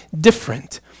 different